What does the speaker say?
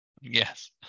yes